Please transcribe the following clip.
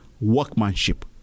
workmanship